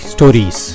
Stories